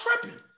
tripping